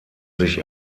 sich